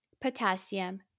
potassium